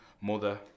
mother